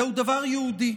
זהו דבר יהודי,